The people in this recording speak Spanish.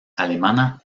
alemana